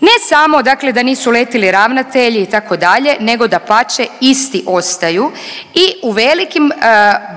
Ne samo da nisu letili ravnatelji itd. nego dapače isti ostaju i u velikim